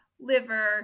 liver